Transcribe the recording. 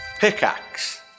Pickaxe